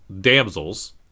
damsels